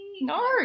No